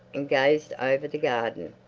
and gazed over the garden.